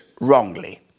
wrongly